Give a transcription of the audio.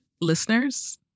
listeners